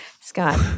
Scott